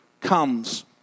comes